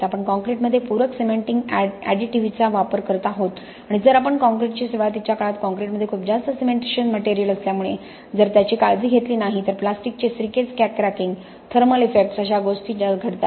आपण कॉंक्रिटमध्ये पूरक सिमेंटिंग अॅडिटीव्हचा वापर करत आहोत आणि जर आपण काँक्रिटची सुरुवातीच्या काळात काँक्रिट मध्ये खूप जास्त सिमेंटिशिअस मटेरियल असल्यामुळे जर त्याची काळजी घेतली नाही तर प्लास्टिकचे श्रीकेज क्रॅकिंग थर्मल इफेक्ट्स अश्या गोस्टी घडतात